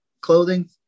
clothing